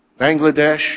Bangladesh